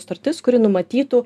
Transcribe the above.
sutartis kuri numatytų